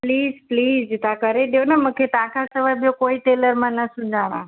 please please तव्हां करे ॾियो न मूंखे तव्हां खां सिवाइ ॿियो कोई टेलर मां न सुञाणा